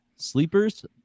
sleepers